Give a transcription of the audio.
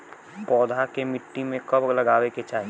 पौधा के मिट्टी में कब लगावे के चाहि?